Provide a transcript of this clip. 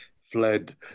fled